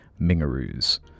Mingaroos